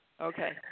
Okay